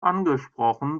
angesprochen